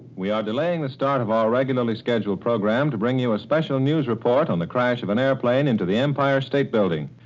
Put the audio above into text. we are delaying the start of our regularly scheduled program to bring you a special news report on a crash of an airplane into the empire state building.